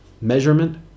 measurement